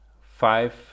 Five